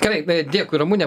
gerai dėkui ramune